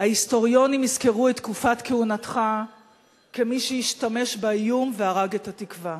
ההיסטוריונים יזכרו את תקופת כהונתך כמי שהשתמש באיום והרג את התקווה.